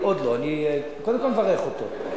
אני עוד לא, אני קודם כול מברך אותו.